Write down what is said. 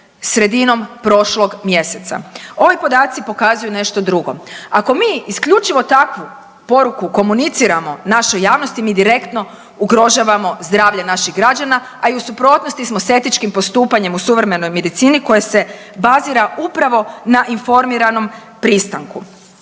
sredinom prošlog mjeseca. Ovi podaci pokazuju nešto drugo. Ako mi isključivo takvu poruku komuniciramo našoj javnosti mi direktno ugrožavamo zdravlje naših građana, a i u suprotnosti smo sa etičkim postupanjem u suvremenoj medicini koja se bazira upravo na informiranom pristanku.